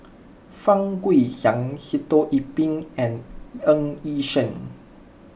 Fang Guixiang Sitoh Yih Pin and Ng Yi Sheng